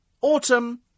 Autumn